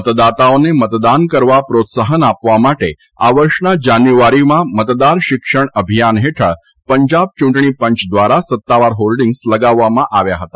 મતદાતાઓને મતદાન કરવા પ્રોત્સાહન આપવા માટે આ વર્ષના જાન્યુઆરીમાં મતદાર શિક્ષણ અભિયાન હેઠળ પંજાબ ચૂંટણી પંચ દ્વારા સત્તાવાર હોર્ડીંગ્સ લગાવવામાં આવ્યા હતા